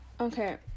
okay